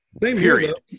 Period